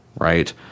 right